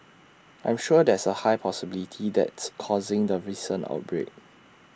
I'm sure there's A high possibility that's causing the recent outbreak